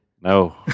No